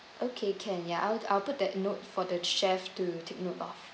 okay can ya I'll I'll put that note for the chef to take note of